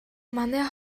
манай